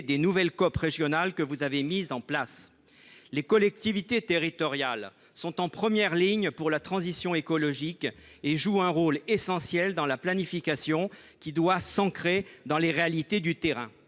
des nouvelles COP régionales que vous avez mises en place. Les collectivités territoriales sont en première ligne pour la transition écologique et jouent un rôle essentiel dans la planification, qui doit s’ancrer dans les réalités du terrain.